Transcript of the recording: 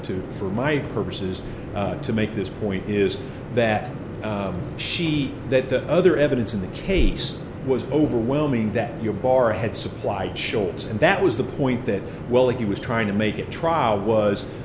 to for my purposes to make this point is that she that the other evidence in the case was overwhelming that your bar had supplied shorts and that was the point that while he was trying to make it trial was